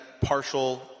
partial